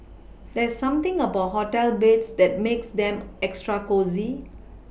there's something about hotel beds that makes them extra cosy